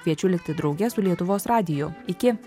kviečiu likti drauge su lietuvos radiju iki